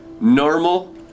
normal